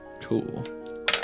Cool